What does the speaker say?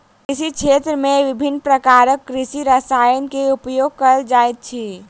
कृषि क्षेत्र में विभिन्न प्रकारक कृषि रसायन के उपयोग कयल जाइत अछि